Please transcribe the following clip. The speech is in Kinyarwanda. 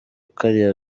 kariya